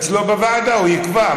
אצלו בוועדה הוא יקבע.